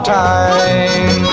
time